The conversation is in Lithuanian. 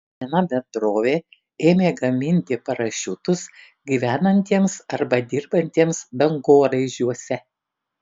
viena bendrovė ėmė gaminti parašiutus gyvenantiems arba dirbantiems dangoraižiuose